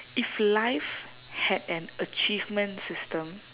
if life had an achievement system